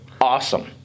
Awesome